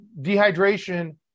dehydration